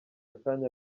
akanya